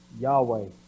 Yahweh